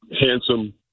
Handsome